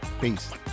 Peace